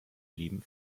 leben